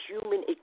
human